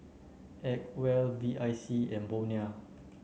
Acwell B I C and Bonia